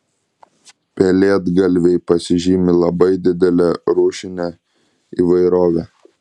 pelėdgalviai pasižymi labai didele rūšine įvairove